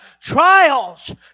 trials